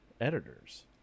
editors